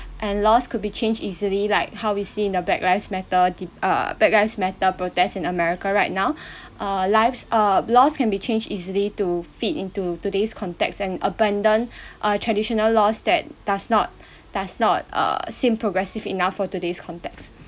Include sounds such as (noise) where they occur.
and laws could be changed easily like how we see in the black lives matter the uh black lives matter protest in america right now (breath) uh lives uh laws can be changed easily to fit into today's context and abandon (breath) uh traditional laws that does not does not uh seem progressive enough for today's context